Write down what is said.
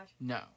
No